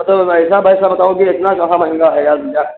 मतलब अब ऐसा पैसा बताओगे इतना कहाँ महंगा है यार भैया